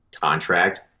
contract